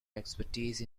expertise